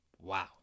Wow